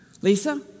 Lisa